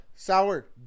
sour